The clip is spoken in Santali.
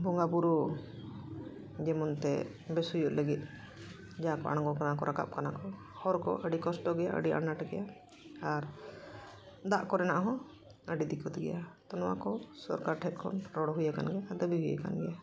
ᱵᱚᱸᱜᱟ ᱵᱩᱨᱩ ᱡᱮᱢᱚᱱᱛᱮ ᱵᱮᱥ ᱦᱩᱭᱩᱜ ᱞᱟᱹᱜᱤᱫ ᱡᱟᱦᱟᱸ ᱠᱚ ᱟᱬᱜᱚᱱ ᱠᱟᱱᱟ ᱠᱚ ᱨᱟᱠᱟᱵ ᱠᱟᱱᱟᱠᱚ ᱦᱚᱨᱠᱚ ᱟᱹᱰᱤ ᱠᱚᱥᱴᱚ ᱜᱮᱭᱟ ᱟᱹᱰᱤ ᱟᱱᱟᱴ ᱜᱮᱭᱟ ᱟᱨ ᱫᱟᱜ ᱠᱚᱨᱮᱱᱟᱜ ᱦᱚᱸ ᱟᱹᱰᱤ ᱫᱤᱠᱠᱷᱚᱛ ᱜᱮᱭᱟ ᱛᱚ ᱱᱚᱣᱟ ᱠᱚ ᱥᱚᱨᱠᱟᱨ ᱴᱷᱮᱡ ᱠᱷᱚᱱ ᱨᱚᱲ ᱦᱩᱭᱟᱠᱟᱱ ᱜᱮᱭᱟ ᱫᱟᱵᱤ ᱦᱩᱭᱟᱠᱟᱱ ᱜᱮᱭᱟ